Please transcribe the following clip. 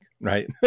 Right